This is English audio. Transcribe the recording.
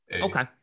Okay